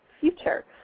future